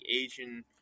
Asian